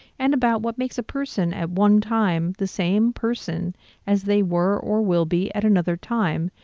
and about what makes a person at one time, the same person as they were, or will be at another time,